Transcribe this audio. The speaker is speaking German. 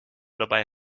dabei